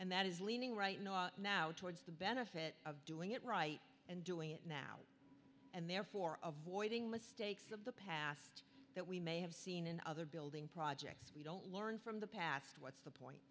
and that is leaning right now towards the benefit of doing it right and doing it now and therefore of voiding mistakes of the past that we may have seen in other building projects we don't learn from the past what's the